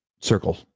circle